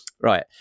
Right